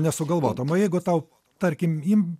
nesugalvotum o jeigu tau tarkim im